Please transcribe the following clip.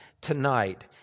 tonight